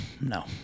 No